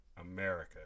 America